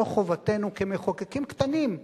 זו חובתנו כמחוקקים קטנים,